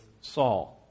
Saul